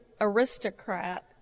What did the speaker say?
aristocrat